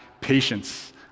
patience